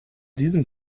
diesem